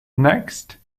next